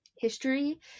History